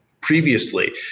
previously